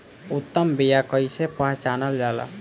उत्तम बीया कईसे पहचानल जाला?